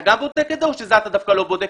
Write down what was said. אתה גם בודק את זה או שאת זה אתה דווקא לא בודק?